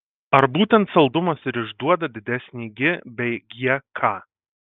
ar būtent saldumas ir išduoda didesnį gi bei gk